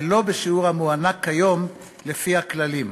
ולא בשיעור המוענק כיום לפי הכללים.